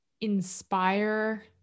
inspire